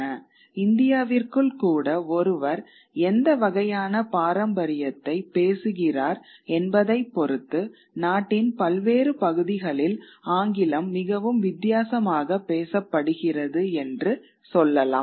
இந்தியாவிற்குள் கூட ஒருவர் எந்த வகையான பாரம்பரியத்தை பேசுகிறார் என்பதைப் பொறுத்து நாட்டின் பல்வேறு பகுதிகளில் ஆங்கிலம் மிகவும் வித்தியாசமாக பேசப்படுகிறது என்று சொல்லலாம்